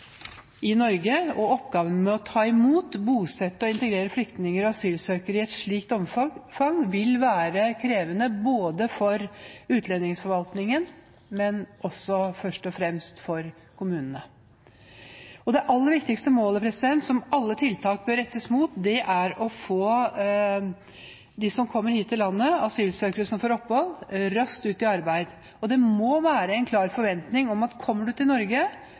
i Norge. Og oppgaven med å ta imot, bosette og integrere flyktninger og asylsøkere i et så stort omfang vil være krevende for utlendingsforvaltningen, men først og fremst for kommunene. Det aller viktigste målet som alle tiltak bør rettes inn mot, er å få dem som kommer hit til landet, asylsøkere som får opphold, raskt ut i arbeid. Det må være en klar forventning om at kommer du til Norge,